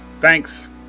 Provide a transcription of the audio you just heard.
Thanks